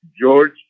George